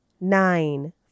nine